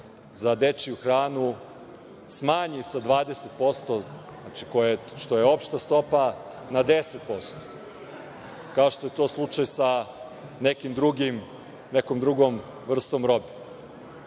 za dečiju hranu, smanji sa 20%, što je opšta stopa, na 10%. Kao što je to slučaj sa nekom drugom vrstom robe. Ova